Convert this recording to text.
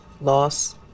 loss